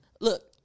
look